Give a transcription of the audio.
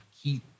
keep